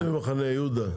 וחוץ ממחנה יהודה?